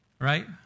Right